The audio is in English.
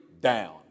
down